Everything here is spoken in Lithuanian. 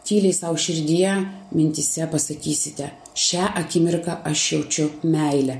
tyliai sau širdyje mintyse pasakysite šią akimirką aš jaučiu meilę